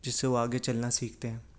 جس سے وہ آگے چلنا سیکھتے ہیں